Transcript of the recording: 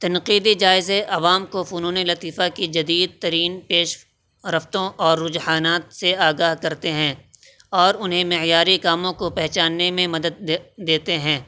تنقیدی جائزے عوام کو فنونِ لطیفہ کی جدید ترین پیش رفتوں اور رجحانات سے آگاہ کرتے ہیں اور انہیں معیاری کاموں کو پہچاننے میں مدد دیتے ہیں